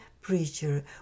preacher